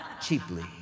Cheaply